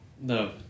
No